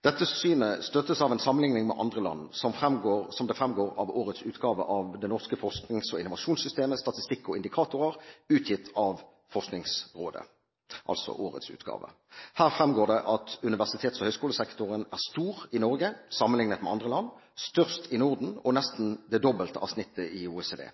Dette synet støttes av en sammenligning med andre land, som det fremgår av årets utgave av «Det norske forsknings- og innovasjonssystemet, statistikk og indikatorer», utgitt av Forskningsrådet. Her fremgår det at universitets- og høyskolesektoren er stor i Norge sammenlignet med andre land, størst i Norden og nesten det dobbelte av snittet i OECD.